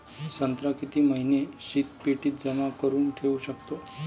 संत्रा किती महिने शीतपेटीत जमा करुन ठेऊ शकतो?